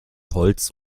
holz